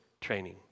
training